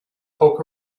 poke